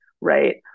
right